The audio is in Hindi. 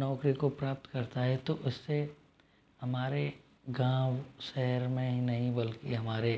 नौकरी को प्राप्त करता है तो उसे हमारे गाँव शहर में ही नहीं बल्कि हमारे